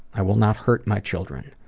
i will not hurt my children.